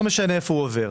לא משנה איפה הוא עובר.